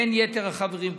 בין היתר החברים,